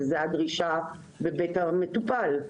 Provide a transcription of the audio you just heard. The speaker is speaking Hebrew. וזו הדרישה לבית המטופל.